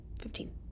Fifteen